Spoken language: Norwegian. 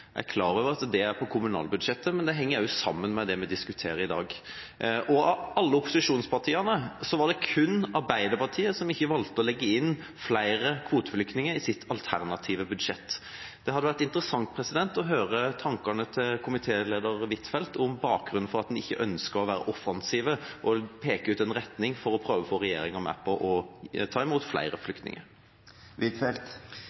Jeg er klar over at det hører til på kommunalbudsjettet, men det henger også sammen med det vi diskuterer i dag. Av alle opposisjonspartiene var det kun Arbeiderpartiet som ikke valgte å legge inn flere kvoteflyktninger i sitt alternative budsjett. Det hadde vært interessant å høre tankene til komitéleder Huitfeldt om bakgrunnen for at en ikke ønsker å være offensiv og peke ut en retning for å prøve å få regjeringa med på å ta imot flere